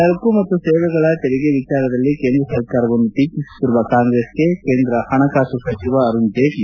ಸರಕು ಮತ್ತು ಸೇವೆಗಳ ತೆರಿಗೆ ವಿಚಾರದಲ್ಲಿ ಕೇಂದ್ರ ಸರ್ಕಾರವನ್ನು ಟೀಕಿಸುತ್ತಿರುವ ಕಾಂಗ್ರೆಸ್ಗೆ ಕೇಂದ್ರ ಹಣಕಾಸು ಸಚಿವ ಅರುಣ್ ಜೇಟ್ಲ